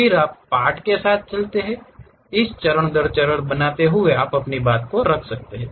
फिर आप पार्ट के साथ चलते हैं इसे चरण दर चरण बनाते हैं और बात को पूरा करते हैं